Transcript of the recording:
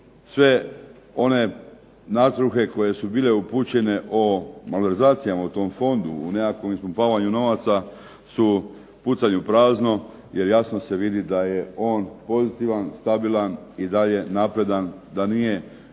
sve one natruhe koje su bile upućene o malverzacijama u tom fondu, u nekakvom ispumpavanju novaca su pucanj u prazno jer jasno se vidi da je on pozitivan, stabilan i da je napredan, da nije moguće